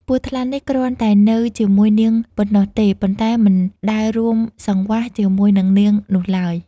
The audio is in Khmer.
ពស់ថ្លាន់នេះគ្រាន់តែនៅជាមួយនាងប៉ុណ្ណោះទេ ប៉ុន្ដែមិនដែលរួមសង្វាស់ ជាមួយនិងនាងនោះឡើយ។